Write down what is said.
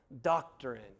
doctrine